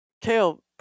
kale